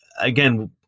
Again